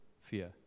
fear